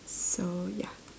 so ya